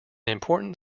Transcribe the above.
important